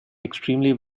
extremely